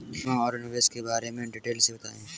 जमा और निवेश के बारे में डिटेल से बताएँ?